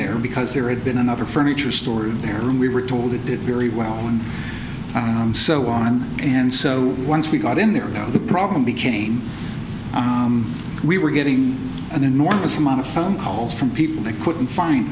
there because there had been another furniture store in there and we were told it did very well on down so on and so once we got in there now the problem became we were getting an enormous amount of phone calls from people they couldn't find